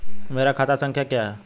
मेरा खाता संख्या क्या है?